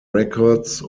records